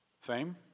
Fame